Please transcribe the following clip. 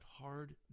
hard